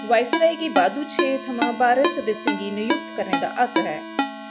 viceroy गी बाद्धू छें थमां बारें सदस्यें गी नयुक्त करने दा हक्क हे